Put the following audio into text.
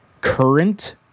current